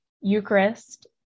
Eucharist